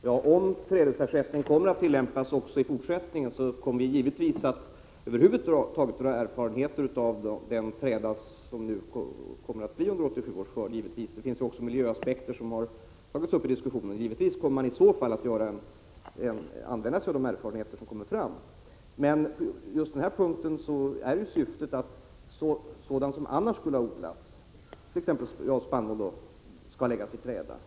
Herr talman! Om trädesersättningen kommer att tillämpas även i fortsätt 27 november 1986 ningen, ämnar vi givetvis skaffa oss erfarenhet över huvud taget av trädan = ZOC rom som kommer att hållas under 1987 års skörd. Också miljöaspekter har ju tagits upp i diskussionen. Man kommer i så fall givetvis att använda sig av de erfarenheter som framkommer. Men just på den här punkten är ju syftet att sådana arealer där det annars skulle ha odlats t.ex. spannmål skall läggas i träda.